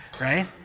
right